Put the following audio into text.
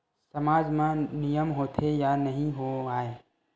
सामाज मा नियम होथे या नहीं हो वाए?